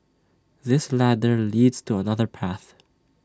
this ladder leads to another path